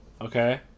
okay